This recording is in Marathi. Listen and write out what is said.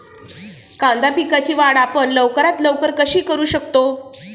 कांदा पिकाची वाढ आपण लवकरात लवकर कशी करू शकतो?